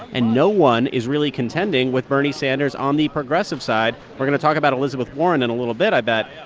and no one is really contending with bernie sanders on the progressive side. we're going to talk about elizabeth warren in a little bit, i bet.